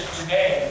today